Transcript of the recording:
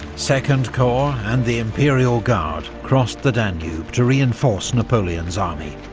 second corps and the imperial guard crossed the danube to reinforce napoleon's army,